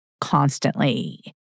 constantly